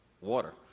Water